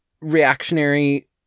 reactionary